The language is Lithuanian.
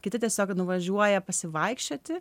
kiti tiesiog nuvažiuoja pasivaikščioti